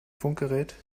funkgerät